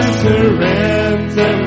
surrender